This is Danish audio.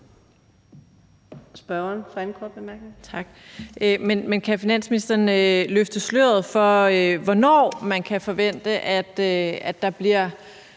kan finansministeren løfte sløret for, hvornår man kan forvente der bliver